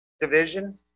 Division